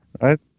right